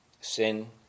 sin